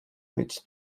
mieć